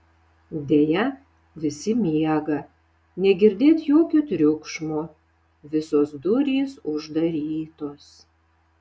deja visi miega negirdėt jokio triukšmo visos durys uždarytos